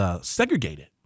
segregated